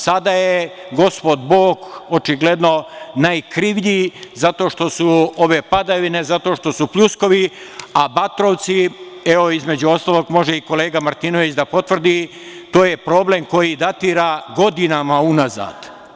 Sada je Gospod Bog očigledno najkrivlji zato što su ove padavine, zato što su pljuskovi, a Batrovci, evo između ostalog, može i kolega Martinović da potvrdi, to je problem koji datira godinama unazad.